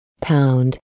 Pound